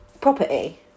property